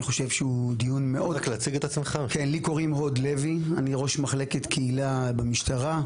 לי קוראים הוד לוי, אני ראש מחלקת קהילה במשטרה.